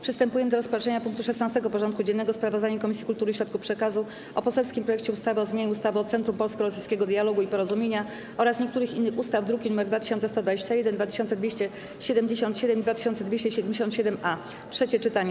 Przystępujemy do rozpatrzenia punktu 16. porządku dziennego: Sprawozdanie Komisji Kultury i Środków Przekazu o poselskim projekcie ustawy o zmianie ustawy o Centrum Polsko-Rosyjskiego Dialogu i Porozumienia oraz niektórych innych ustaw (druki nr 2121, 2277 i 2277-A) - trzecie czytanie.